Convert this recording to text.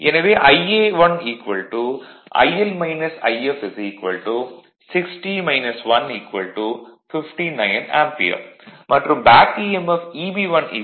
எனவே Ia1 IL If 60 1 59 ampere மற்றும் back ஈ